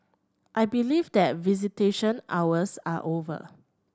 I believe that visitation hours are over